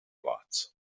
lots